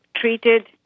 treated